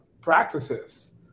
practices